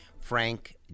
Frank